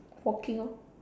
walking orh